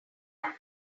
alone